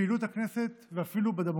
בפעילות הכנסת ואפילו בדמוקרטיה,